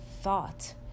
thought